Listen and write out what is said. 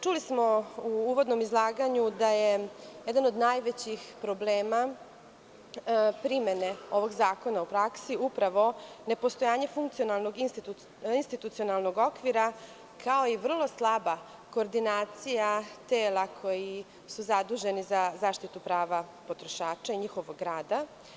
Čuli smo u uvodnom izlaganju da je jedan od najvećih problema primene ovog zakona u praksi upravo nepostojanje funkcionalnog institucionalnog okvira kao i vrlo slaba koordinacija tela koji su zaduženi za zaštitu prava potrošača i njihovog rada.